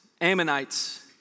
Ammonites